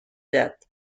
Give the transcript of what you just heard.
depth